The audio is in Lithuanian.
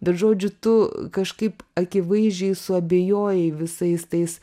bet žodžiu tu kažkaip akivaizdžiai suabejojai visais tais